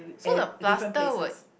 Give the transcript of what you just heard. so the plaster would